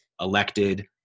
elected